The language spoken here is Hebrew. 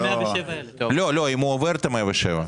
אם הוא עובר את ה-107.